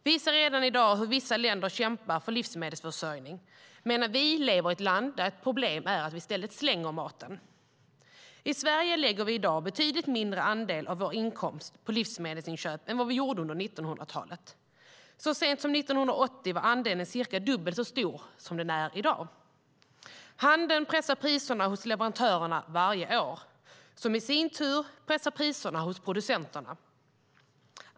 Vi ser redan i dag hur vissa länder kämpar för livsmedelsförsörjningen, medan vi lever i ett land där problemet i stället är att vi slänger mat. I Sverige lägger vi i dag en betydligt mindre andel av vår inkomst på livsmedelsinköp än vad vi gjorde under 1900-talet. Så sent som 1980 var andelen cirka dubbelt så stor som den är i dag. Handeln pressar priserna hos leverantörerna varje år, och de pressar i sin tur priserna hos producenterna.